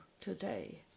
today